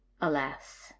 alas